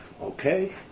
Okay